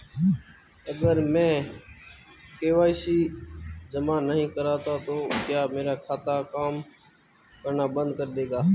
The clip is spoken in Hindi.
अगर मैं के.वाई.सी जमा नहीं करता तो क्या मेरा खाता काम करना बंद कर देगा?